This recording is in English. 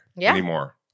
anymore